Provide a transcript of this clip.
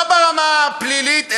לא ברמה הפלילית,